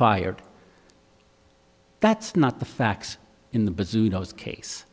fired that's not the facts in the bazoo those case